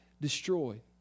destroyed